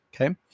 okay